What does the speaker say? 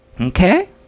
okay